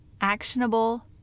Actionable